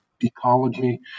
Ecology